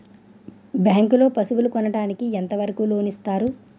Bank లో పశువుల కొనడానికి ఎంత వరకు లోన్ లు ఇస్తారు?